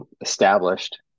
established